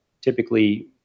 typically